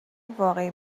واقعی